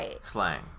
slang